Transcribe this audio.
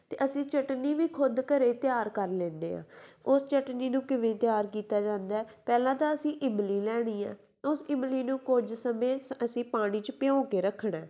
ਅਤੇ ਅਸੀਂ ਚਟਨੀ ਵੀ ਖੁਦ ਘਰ ਤਿਆਰ ਕਰ ਲੈਂਦੇ ਹਾਂ ਉਸ ਚਟਨੀ ਨੂੰ ਕਿਵੇਂ ਤਿਆਰ ਕੀਤਾ ਜਾਂਦਾ ਪਹਿਲਾਂ ਤਾਂ ਅਸੀਂ ਇਮਲੀ ਲੈਣੀ ਆ ਉਸ ਇਮਲੀ ਨੂੰ ਕੁਝ ਸਮੇਂ ਸ ਅਸੀਂ ਪਾਣੀ 'ਚ ਭਿਉਂ ਕੇ ਰੱਖਣਾ